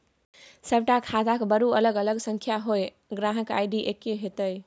सभटा खाताक बरू अलग अलग संख्या होए ग्राहक आई.डी एक्के हेतै